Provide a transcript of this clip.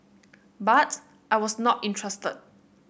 but I was not interested